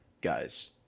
guys